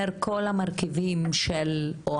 אם זה מניעת הטרדה מינית,